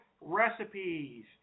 recipes